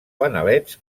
fanalets